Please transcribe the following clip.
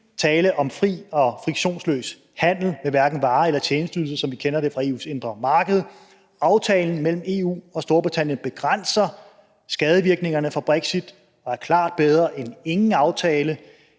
tale om en fri og friktionsløs handel med hverken varer eller tjenesteydelser, som vi kender det fra EU's indre marked. Aftalen mellem EU og Storbritannien begrænser skadevirkningerne fra brexit og er klart bedre end ingen aftale,